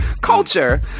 culture